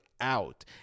out